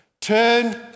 turn